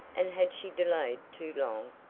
and had she delayed too long?